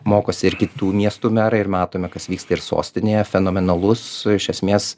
mokosi ir kitų miestų merai ir matome kas vyksta ir sostinėje fenomenalus iš esmės